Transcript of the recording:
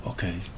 Okay